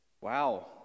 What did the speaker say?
Wow